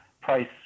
Price